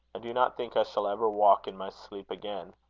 i do not think i shall ever walk in my sleep again.